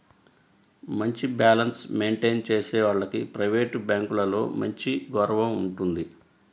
మంచి balance maintain చేసే వాళ్లకు ప్రైవేట్ బ్యాంకులలో మంచి గౌరవం ఉంటుంది